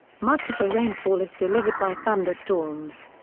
much of the rainfall is delivered by thunderstorms.